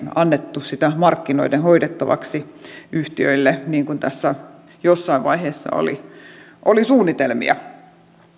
annettu sitä markkinoiden hoidettavaksi yhtiöille niin kuin tässä jossain vaiheessa oli oli suunnitelmia